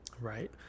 Right